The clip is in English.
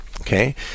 okay